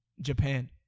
Japan